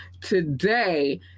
Today